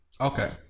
Okay